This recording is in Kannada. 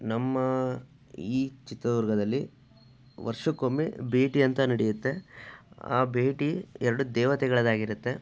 ನಮ್ಮ ಈ ಚಿತ್ರದುರ್ಗದಲ್ಲಿ ವರ್ಷಕ್ಕೊಮ್ಮೆ ಭೇಟಿ ಅಂತ ನಡೆಯುತ್ತೆ ಆ ಭೇಟಿ ಎರಡು ದೇವತೆಗಳದಾಗಿರುತ್ತೆ